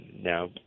Now